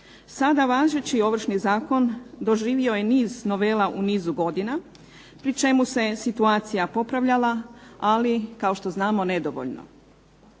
Sada važeći Ovršni zakon doživio je niz novela u nizu godina pri čemu se situacija popravljala ali kao što znamo nedovoljno.